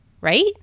right